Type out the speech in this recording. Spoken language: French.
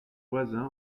voisin